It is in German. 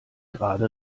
gerade